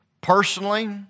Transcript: personally